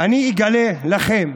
אני אגלה לכם: